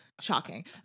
shocking